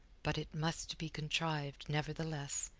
but it must be contrived, nevertheless.